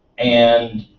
and